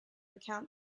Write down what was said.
recount